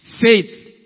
Faith